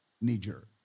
knee-jerk